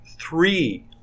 three